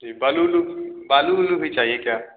जी बालू उलू बालू उलू भी चाहिए क्या